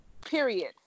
Period